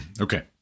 Okay